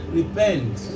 repent